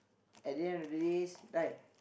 at the end of days right